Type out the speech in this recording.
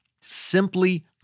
simply